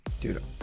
dude